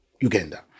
Uganda